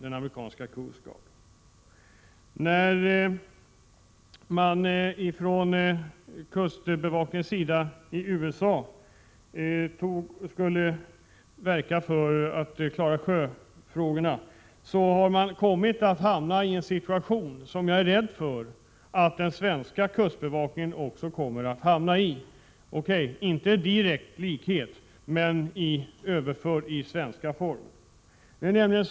När kustbevakningen i USA har arbetat för att klara sjöfrågorna, har den kommit att hamna i en situation, som jag är rädd för att också den svenska kustbevakningen kommer att hamna i. Jag kan medge att det inte kommer att bli total likhet utan en överföring till svenska förhållanden.